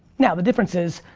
now, the difference is,